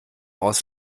aus